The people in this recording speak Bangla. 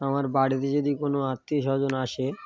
আমার বাড়িতে যদি কোনও আত্মীয় স্বজন আসে